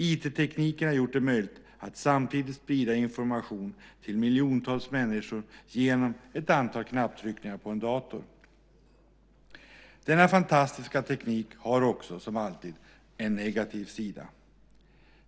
IT har gjort det möjligt att samtidigt sprida information till miljontals människor genom ett antal knapptryckningar på en dator. Denna fantastiska teknik har också, som alltid, en negativ sida.